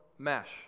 mesh